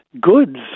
goods